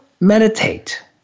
meditate